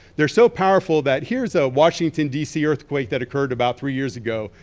they're so powerful that here's a washington dc earthquake that occurred about three years ago.